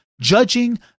judging